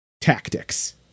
tactics